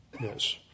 Yes